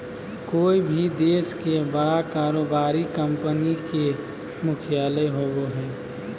कोय भी देश के बड़ा कारोबारी कंपनी के मुख्यालय होबो हइ